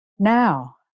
Now